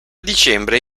dicembre